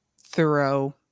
thorough